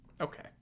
okay